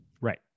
right